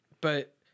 But-